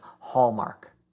Hallmark